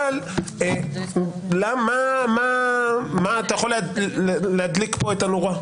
אבל מה אתה יכול להדליק פה את הנורה?